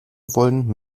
wollen